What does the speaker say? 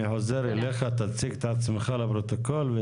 אני חוזר אליך, תציג את עצמך לפרוטוקול.